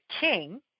king